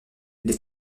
les